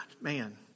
Man